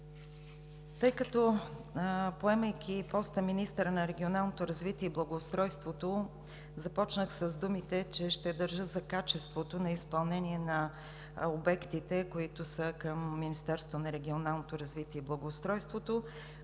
протоколи. Поемайки поста министър на регионалното развитие и благоустройството, започнах с думите, че ще държа за качеството на изпълнение на обектите, които са към Министерството на регионалното развитие и благоустройството.